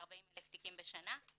כ-40,000 תיקים בשנה.